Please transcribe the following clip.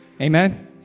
Amen